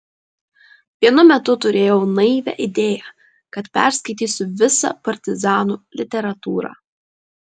vienu metu turėjau naivią idėją kad perskaitysiu visą partizanų literatūrą